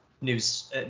news